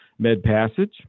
MedPassage